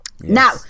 Now